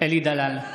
אלי דלל,